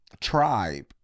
tribe